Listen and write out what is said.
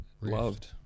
loved